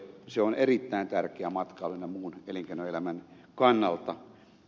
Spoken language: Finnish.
se on erittäin tärkeä matkailun ynnä muun elinkeinoelämän kannalta